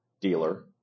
dealer